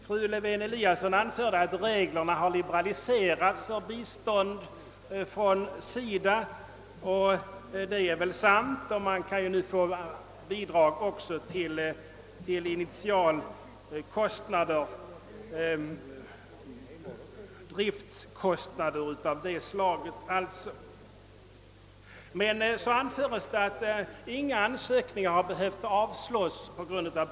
Fru Lewén-Eliasson framhöll att reglerna beträffande bistånd från SIDA till organisationerna har liberaliserats och det är sant. Man kan nu även få bidrag till bestridandet av initiala driftkostnader. Fru Lewén-Eliasson sade emellertid också att inga ansökningar behövt avslås av brist på pengar.